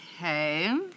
Okay